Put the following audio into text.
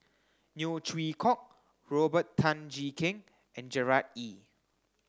Neo Chwee Kok Robert Tan Jee Keng and Gerard Ee